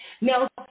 Now